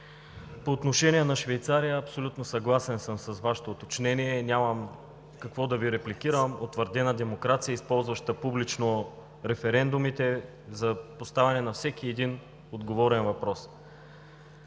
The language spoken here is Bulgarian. По отношение на Швейцария, абсолютно съм съгласен с Вашето уточнение, нямам какво да Ви репликирам – утвърдена демокрация, използваща публично референдумите за поставяне на всеки един отговорен въпрос.